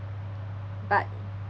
but